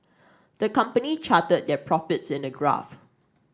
the company charted their profits in a graph